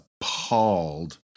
appalled